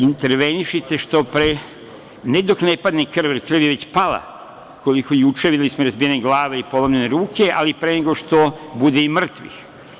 Intervenišite što pre, ne dok ne padne krv, krv je već pala, koliko juče, videli smo i razbijene glave, polomljene ruke, ali pre nego što bude mrtvih.